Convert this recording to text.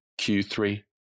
Q3